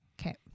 Okay